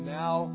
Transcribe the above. now